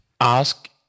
ask